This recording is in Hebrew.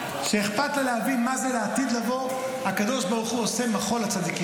שאלה חברת הכנסת גוטליב: מה זה מחול הצדיקים?